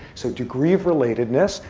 so degree of relatedness,